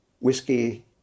whiskey